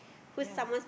ya